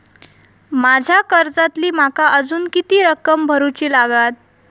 माझ्या कर्जातली माका अजून किती रक्कम भरुची लागात?